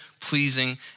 pleasing